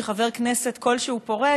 כשחבר כנסת כלשהו פורש,